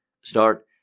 Start